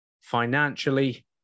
financially